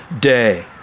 day